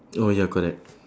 oh ya correct